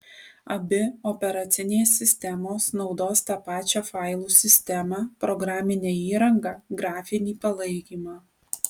abi operacinės sistemos naudos tą pačią failų sistemą programinę įrangą grafinį palaikymą